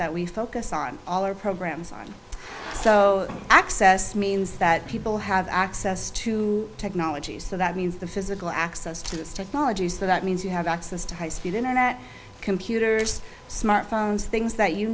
that we focus on all our programs so access means that people have access to technology so that means the physical access to this technology so that means you have access to high speed internet computers smart phones things that you